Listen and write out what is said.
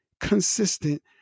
consistent